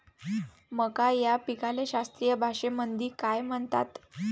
मका या पिकाले शास्त्रीय भाषेमंदी काय म्हणतात?